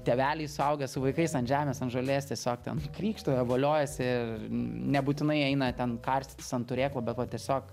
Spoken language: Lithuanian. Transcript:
tėveliai suaugę su vaikais ant žemės ant žolės tiesiog ten krykštauja voliojasi nebūtinai eina ten karstytis ant turėklų be va tiesiog